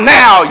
now